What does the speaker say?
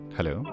Hello